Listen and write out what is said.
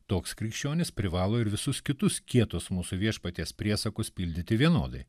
toks krikščionis privalo ir visus kitus kietus mūsų viešpaties priesakus pildyti vienodai